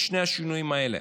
את שני השינויים האלה,